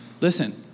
listen